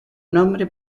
nombre